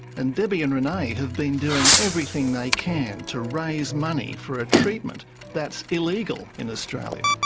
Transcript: and debbie and renee have been doing everything they can to raise money for a treatment that's illegal in australia.